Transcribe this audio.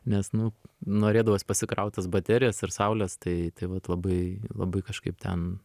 nes nu norėdavos pasikraut tas baterijas ir saulės tai tai vat labai labai kažkaip ten